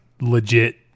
legit